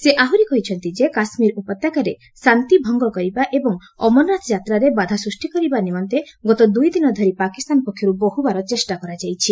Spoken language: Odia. ସେ ଆହୁରି କହିଛନ୍ତି ଯେ କାଶ୍ମୀର ଉପତ୍ୟକାରେ ଶାନ୍ତିଭଙ୍ଗ କରିବା ଏବଂ ଅମରନାଥ ଯାତ୍ରାରେ ବାଧା ସୂଷ୍ଟି କରିବା ନିମନ୍ତେ ଗତ ଦୁଇଦିନ ଧରି ପାକିସ୍ତାନ ପକ୍ଷରୁ ବହୁବାର ଚେଷ୍ଟା କରାଯାଇଛି